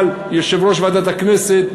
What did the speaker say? אבל יושב-ראש ועדת הכנסת,